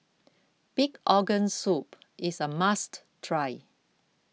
Pig Organ Soup is a must try